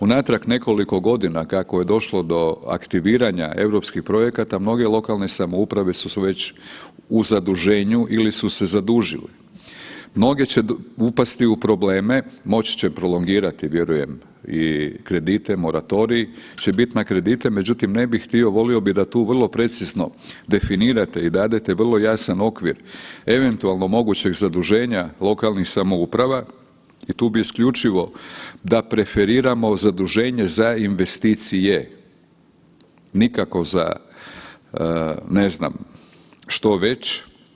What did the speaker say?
Unatrag nekoliko godina kako je došlo do aktiviranja europskih projekata mnoge lokalne samouprave su već u zaduženju ili su se zadužili, mnoge će upasti u probleme, moći će prolongirati i kredite moratorij će biti na kredite, međutim ne bih htio, volio bi da tu vrlo precizno definirate i dadete vrlo jasan okvir eventualno mogućeg zaduženja lokalnih samouprava i tu bi isključivo da preferiramo zaduženje za investicije, nikako za ne znam što već.